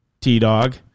T-Dog